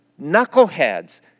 knuckleheads